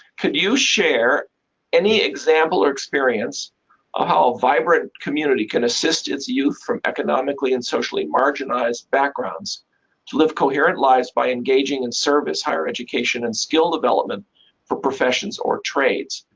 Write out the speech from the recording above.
can you share any example or experience of ah how a vibrant community can assist its youth from economically and socially marginalized backgrounds to live coherent lives by engaging in service, higher education and skill development for professions or trades,